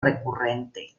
recurrente